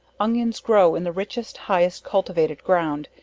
onions grow in the richest, highest cultivated ground,